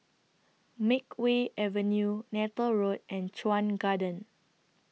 Makeway Avenue Neythal Road and Chuan Garden